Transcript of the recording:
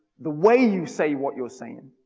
the way you say what you're saying,